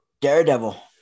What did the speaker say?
Daredevil